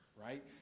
right